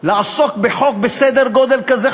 לעסוק בחוק בסדר גודל כזה,